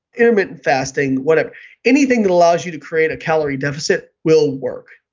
intermittent fasting, whatever. anything that allows you to create a calorie deficit will work.